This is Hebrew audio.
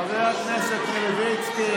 חבר הכנסת מלביצקי,